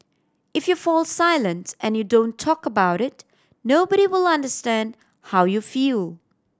if you fall silent and you don't talk about it nobody will understand how you feel